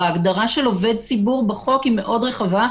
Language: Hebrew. ההגדרה של עובד ציבור בחוק היא מאוד רחבה,